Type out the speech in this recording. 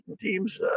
teams